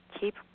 keep